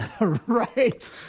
right